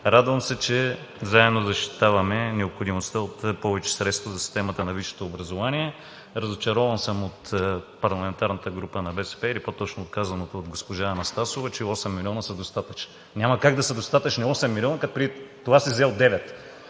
Радвам се, че заедно защитаваме необходимостта от повече средства за системата на висшето образование. Разочарован съм от парламентарната група на БСП или по-точно от казаното от госпожа Анастасова, че 8 милиона са достатъчни. (Шум и реплики.) Няма как да са достатъчни 8 милионаq като преди това си взел 9,